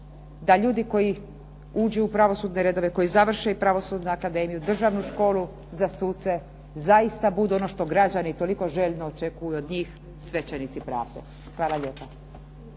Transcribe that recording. da ljudi koji uđu u pravosudne redove, koji i završe pravosudnu akademiju, Državnu školu za suce, zaista budu ono što građani toliko željno očekuju od njih, svećenici pravde. Hvala lijepa.